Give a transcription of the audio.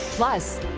plus.